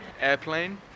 Airplane